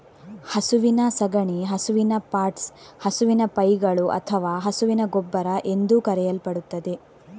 ಹಸುವಿನ ಸಗಣಿ ಹಸುವಿನ ಪಾಟ್ಸ್, ಹಸುವಿನ ಪೈಗಳು ಅಥವಾ ಹಸುವಿನ ಗೊಬ್ಬರ ಎಂದೂ ಕರೆಯಲ್ಪಡುತ್ತದೆ